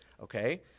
Okay